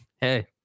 Hey